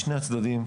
משני הצדדים.